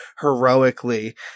heroically